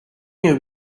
you